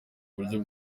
buryo